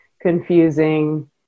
confusing